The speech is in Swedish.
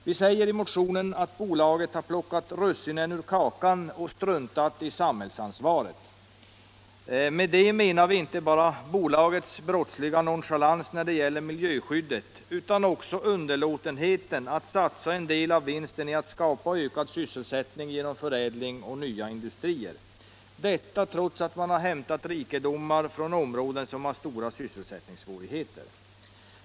Vi säger i motionen att bolaget har ”plockat russinen ur kakan” och struntat i samhällsansvaret. Med det menar vi inte bara bolagets brottsliga nonchalans när det gäller miljöskyddet utan också underlåtenheten att satsa en del av vinsten på att skapa ökad sysselsättning genom förädling och nya industrier, detta trots att man hämtat sina rikedomar från områden som har stora sysselsättningssvårigheter.